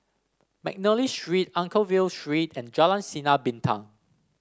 McNally Street Anchorvale Street and Jalan Sinar Bintang